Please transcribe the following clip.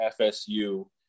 FSU